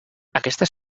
aquestes